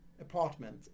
apartment